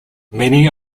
many